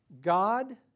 God